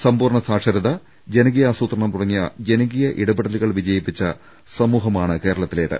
സമ്പൂർണ്ണ സാക്ഷരത ജനകീയാസൂത്രണം തുടങ്ങിയ ജനകീയ ഇടപെ ടലുകൾ വിജയിപ്പിച്ച സമൂഹമാണ് കേരളത്തിലേത്